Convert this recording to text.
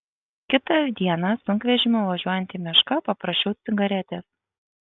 kitą dieną sunkvežimiu važiuojant į mišką paprašiau cigaretės